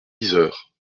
yzeure